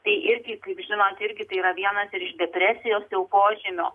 tai irgi kaip žinot irgi tai yra vienas ir iš depresijos jau požymių